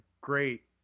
great